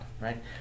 right